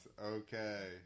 Okay